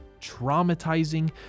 traumatizing